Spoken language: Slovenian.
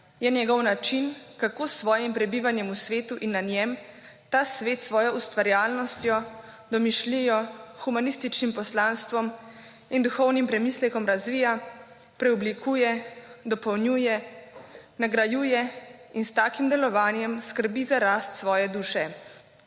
Je njegov način, kako s svojim prebivanjem v svetu in na njem ta svet s svojo ustvarjalnostjo, domišljijo, humanističnim poslanstvom in duhovnim premislekom razvija, preoblikuje, dopolnjuje, nagrajuje in s takim delovanjem skrbi za rast svoje duše.